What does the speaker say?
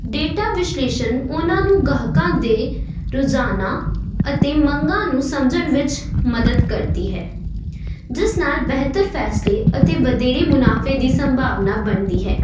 data ਵਿਸ਼ਲੇਸ਼ਣ ਉਨ੍ਹਾਂ ਨੂੰ ਗਾਹਕਾਂ ਦੇ ਰੁਝਾਨਾਂ ਅਤੇ ਮੰਗਾਂ ਨੂੰ ਸਮਝਣ ਵਿੱਚ ਮਦਦ ਕਰਦੀ ਹੈ ਜਿਸ ਨਾਲ ਬਿਹਤਰ ਫੈਸਲੇ ਅਤੇ ਵਧੇਰੇ ਮੁਨਾਫ਼ੇ ਦੀ ਸੰਭਾਵਨਾ ਬਣਦੀ ਹੈ